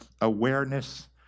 awareness